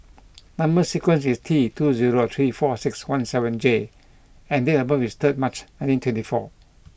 number sequence is T two zero three four six one seven J and date of birth is third March nineteen twenty four